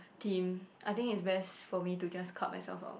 team I think it's best for me to just cut myself out